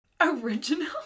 Original